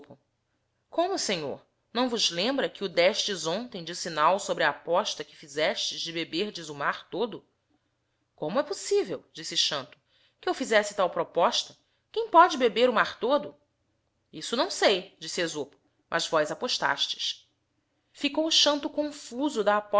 como senhor não vos lembra que o destes hontem de sinal sobre a aposta que fizestes de beberdes o mar todo como lie possível disse xanto que eu fizesse tal proposta quem pôde beber o mar isso não sei disse esopo mas vós apostastes ficou xaato confuso da